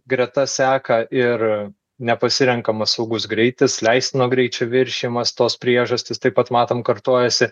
greta seka ir nepasirenkamas saugus greitis leistino greičio viršijimas tos priežastys taip pat matom kartojasi